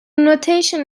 notation